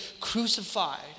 crucified